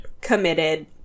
committed